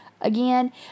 Again